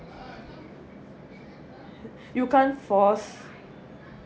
you can't force